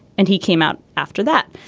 and he came out after that.